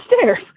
stairs